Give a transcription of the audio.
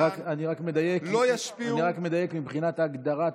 אני רק מדייק מבחינת ההגדרה התקנונית.